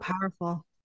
powerful